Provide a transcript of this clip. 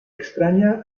extraña